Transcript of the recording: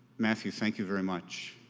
matthew, thank you very much.